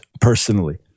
personally